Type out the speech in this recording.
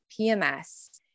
PMS